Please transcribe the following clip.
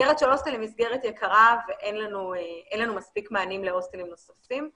מסגרת של הוסטל היא מסגרת יקרה ואין לנו מספיק מענים להוסטלים נוספים.